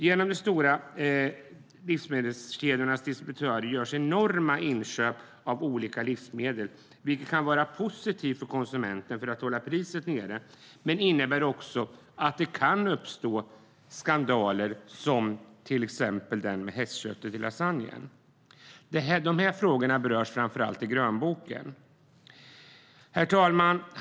Genom de stora livsmedelskedjornas distributörer görs enorma inköp av olika livsmedel. Det kan vara positivt för konsumenterna eftersom priset hålls ned, men det innebär också att det kan uppstå skandaler, som till exempel den med hästkött i lasagne. Dessa frågor berörs framför allt i grönboken. Herr talman!